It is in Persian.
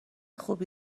خوبی